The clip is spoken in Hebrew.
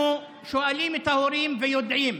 אנחנו שואלים את ההורים ויודעים,